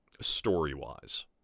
story-wise